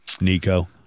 Nico